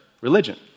religion